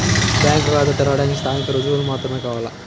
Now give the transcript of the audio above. Bank ఖాతా తెరవడానికి స్థానిక రుజువులు మాత్రమే కావాలా?